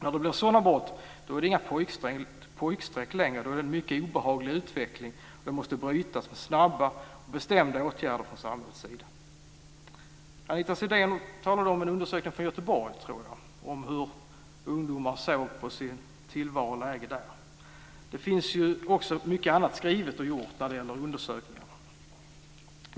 När det blir sådana brott är det inga pojkstreck längre - då är det en mycket obehaglig utveckling som måste brytas med snabba, bestämda åtgärder från samhällets sida. Anita Sidén talade om en undersökning från Göteborg, tror jag att det var, om hur ungdomar såg på sin tillvaro och sitt läge där. Det finns också mycket annat skrivet och gjort om olika undersökningar.